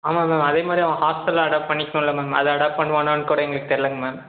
ஆமாம் மேம் அதேமாதிரி அவன் ஹாஸ்ட்டலில் அடாப்ட் பண்ணிக்கணும்ல்ல மேம் அதை அடாப்ட் பண்ணுவானான்னுக்கூட எங்களுக்கு தெரிலைங்க மேம்